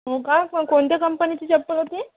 हो का पण कोणत्या कंपनीची चप्पल होती